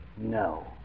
No